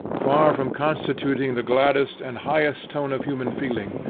far from constituting the gladdest and highest tone of human feeling,